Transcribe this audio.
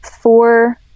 four